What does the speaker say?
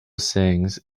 sings